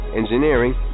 engineering